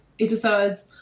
episodes